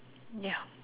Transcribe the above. ya